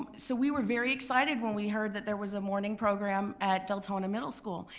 um so we were very excited when we heard that there was a morning program at deltona middle school.